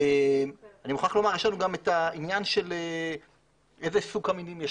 יש גם את עניין סוג הקמינים.